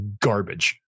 garbage